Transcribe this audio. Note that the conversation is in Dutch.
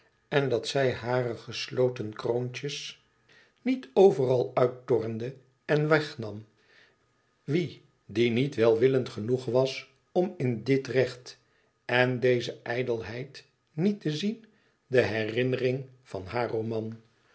en dat zij hare gesloten kroontjes niet overal uittornde en wegnam wie die niet welwillend genoeg was om in dit recht en deze ijdelheid niet te zien de herinnering van haar roman